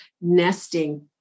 nesting